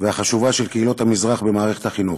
והחשובה של קהילות המזרח במערכת החינוך.